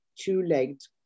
two-legged